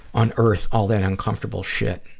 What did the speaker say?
unearth all that uncomfortable shit.